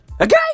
Okay